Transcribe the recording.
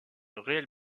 réelle